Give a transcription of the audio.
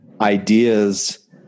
ideas